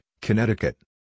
Connecticut